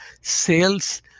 sales